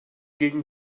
gegen